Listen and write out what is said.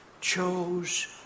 chose